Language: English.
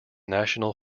national